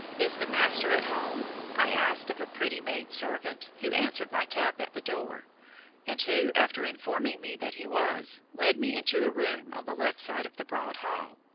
is the master at home i asked of a pretty maid servant, who answered my tap at the door and who, after informing me that he was, led me into a room on the left side of the broad hall.